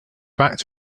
back